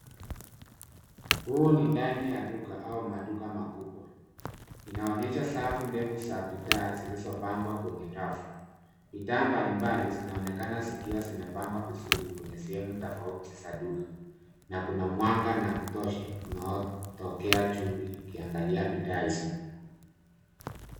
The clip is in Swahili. Huu ni ndani ya duka au maduka makubwa inaonyesha safu ndevu za bidhaa zilizopangwa kwenye rafu, bidhaa mbalimbali zinaonekana zikiwa zimepangwa vizuri kwenye sehemu tofauti za duka na kuna mwanga na kutosha unaotokea juu ikiangalia vita hizo.